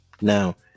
now